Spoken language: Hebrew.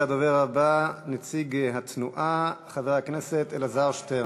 הדובר הבא, נציג התנועה, חבר הכנסת אלעזר שטרן.